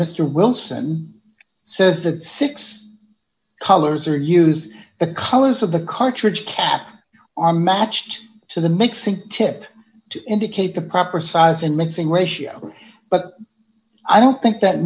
mister wilson says that six colors or use a colors of the cartridge cap on matched to the mixing tip to indicate the proper size and mixing ratio but i don't think that